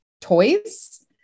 toys